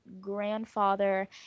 grandfather